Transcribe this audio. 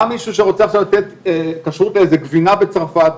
בא מישהו שרוצה עכשיו לתת כשרות לאיזה גבינה בצרפת,